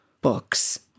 books